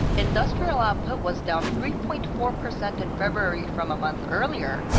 industrial output was down three-point-four percent in february from a month earlier,